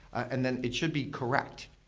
and then it should be correct.